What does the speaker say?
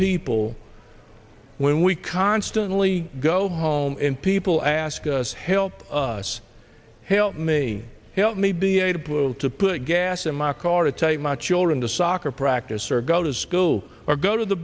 people when we constantly go home and people ask us help us help me help me be able to put gas in my car to take my children to soccer practice or go to school or go to the